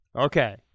Okay